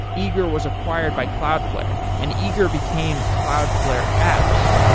eager was acquired by cloudflare and eager became cloudflare apps.